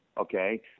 okay